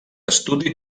estudi